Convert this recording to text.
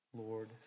Lord